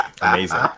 Amazing